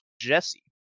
Jesse